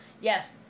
yes